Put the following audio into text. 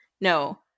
no